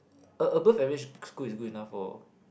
a above average school is good enough for